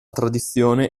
tradizione